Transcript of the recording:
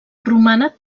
romana